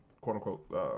quote-unquote